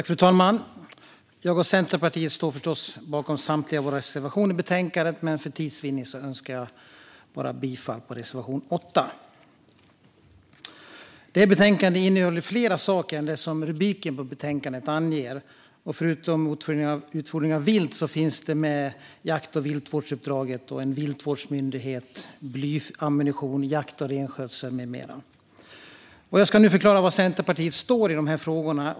Fru talman! Jag och Centerpartiet står förstås bakom samtliga våra reservationer i betänkandet, men för tids vinning önskar jag yrka bifall endast till reservation 8. Detta betänkande innehåller fler saker än det som rubriken på betänkandet anger. Förutom utfodring av vilt finns frågor med om jakt och viltvårdsuppdraget, en viltvårdsmyndighet, blyammunition och jakt och renskötsel med mera. Jag ska nu förklara var Centerpartiet står i de här frågorna.